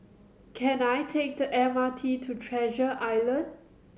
can I take the M R T to Treasure Island